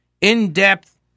in-depth